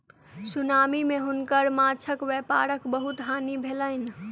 tsunami मे हुनकर माँछक व्यापारक बहुत हानि भेलैन